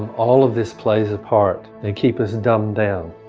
all of this plays a part. they keep us dumbed down.